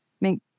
make